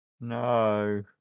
No